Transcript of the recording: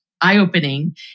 eye-opening